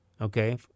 okay